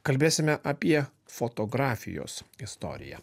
kalbėsime apie fotografijos istoriją